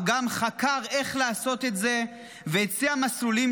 הוא גם חקר איך לעשות את זה והציע מסלולים,